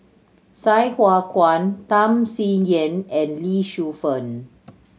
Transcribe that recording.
Sai Hua Kuan Tham Sien Yen and Lee Shu Fen